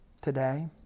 today